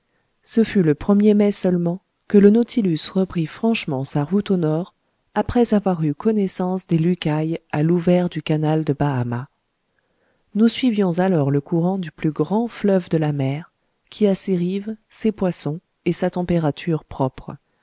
ce fut le er mai seulement que le nautilus reprit franchement sa route au nord après avoir eu connaissance des lucayes à l'ouvert du canal de bahama nous suivions alors le courant du plus grand fleuve de la mer qui a ses rives ses poissons et sa température propres